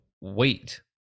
wait